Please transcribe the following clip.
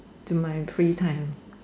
to my pre time